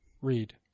read